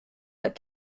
but